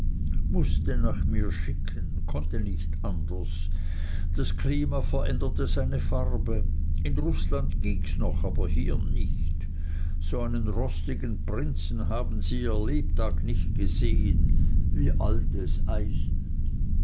mußte nach mir schicken konnte nicht anders das klima veränderte seine farbe in rußland gings noch aber hier nicht so einen rostigen prinzen haben sie ihre lebtag nicht gesehen wie altes eisen